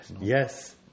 yes